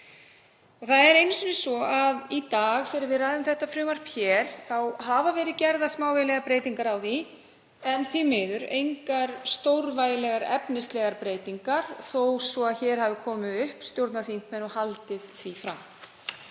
mannréttindagæslu. Í dag þegar við ræðum þetta frumvarp hafa verið gerðar smávægilegar breytingar á því en því miður engar stórvægilegar efnislegar breytingar þó svo að hér hafi komið upp stjórnarþingmenn og haldið því fram.